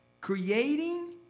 creating